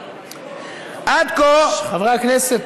עד כה, חברי הכנסת,